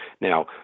Now